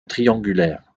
triangulaires